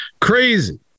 Crazy